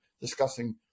discussing